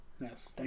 Yes